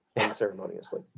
unceremoniously